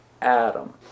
Adam